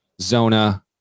Zona